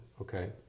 okay